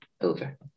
over